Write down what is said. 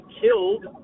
killed